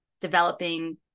developing